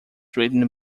written